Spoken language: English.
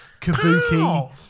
Kabuki